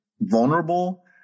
vulnerable